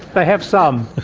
they have some,